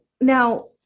now